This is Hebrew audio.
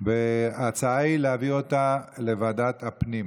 ההצעה היא להעביר אותה לוועדת הפנים.